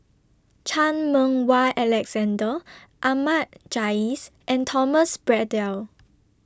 Chan Meng Wah Alexander Ahmad Jais and Thomas Braddell